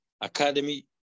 Academy